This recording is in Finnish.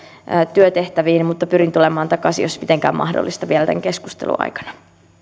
työtehtäviin mutta pyrin tulemaan takaisin jos mitenkään mahdollista vielä tämän keskustelun aikana